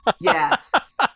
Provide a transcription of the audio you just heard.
Yes